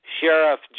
Sheriff